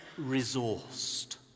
resourced